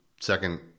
second